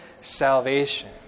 salvation